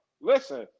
Listen